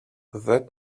that